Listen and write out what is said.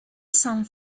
some